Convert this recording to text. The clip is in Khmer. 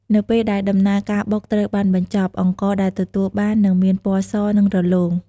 នៅពេលដែលដំណើរការបុកត្រូវបានបញ្ចប់ អង្ករដែលទទួលបាននឹងមានពណ៌ស និងរលោង។